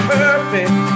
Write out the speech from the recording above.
perfect